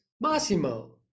Massimo